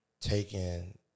taken